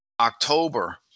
October